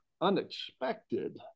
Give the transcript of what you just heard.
unexpected